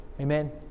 Amen